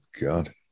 God